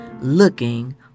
looking